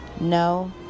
No